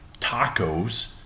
tacos